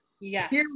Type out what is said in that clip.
Yes